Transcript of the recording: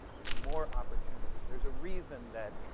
there's more opportunity. there's a reason that,